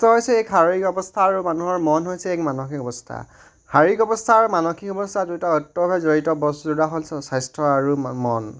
স্বাস্থ্য হৈছে এক শাৰীৰিক অৱস্থা আৰু মানুহৰ মন হৈছে এক মানসিক অৱস্থা শাৰীৰিক অৱস্থা আৰু মানসিক অৱস্থা দুইটা জড়িত বস্তু হ'ল স্বাস্থ্য আৰু মন